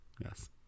yes